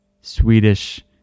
Swedish